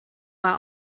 war